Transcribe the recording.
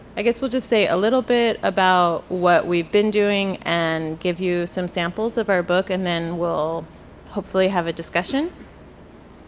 i guess we'll just say a little bit about what we've been doing and give you some samples of our book and then we'll hopefully have a discussion.